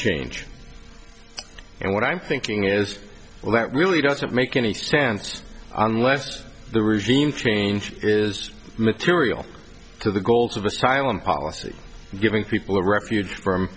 change and what i'm thinking is all that really doesn't make any sense unless the regime change is material to the goals of asylum policy giving people a refuge from